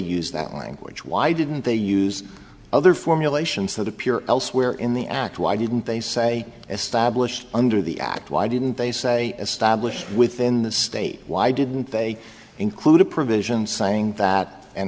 use that language why didn't they use other formulation so the pure elsewhere in the act why didn't they say as stablished under the act why didn't they say established within the state why didn't they include a provision saying that an